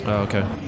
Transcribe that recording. Okay